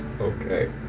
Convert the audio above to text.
okay